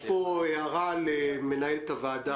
יש פה הערה למנהלת הוועדה.